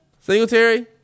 Singletary